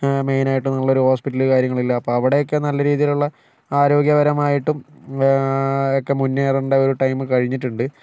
മെയിനായിട്ട് ഒരു ഹോസ്പിറ്റല് കാര്യങ്ങളില്ല അപ്പൊ അവിടെയൊക്കെ നല്ല രീതിയിലുള്ള ആരോഗ്യപരമായിട്ടും ഒക്കെ മുന്നേറണ്ട ഒരു ടൈം കഴിഞ്ഞിട്ടുണ്ട്